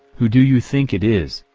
who do you think it is?